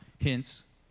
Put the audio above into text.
Hence